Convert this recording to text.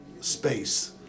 space